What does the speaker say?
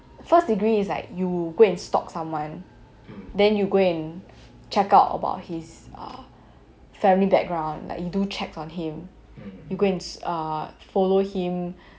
first degree is like you go and stalk someone then you go and check out about his ah family background like you do checks on him you go and uh follow him